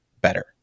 better